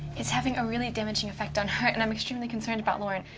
it's having a really damaging effect on her, and i'm extremely concerned about lauren.